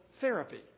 therapy